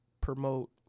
promote